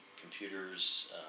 computers